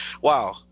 wow